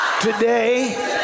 Today